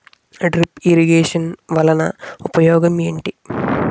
drip irrigation వలన ఉపయోగం ఏంటి